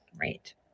right